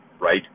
right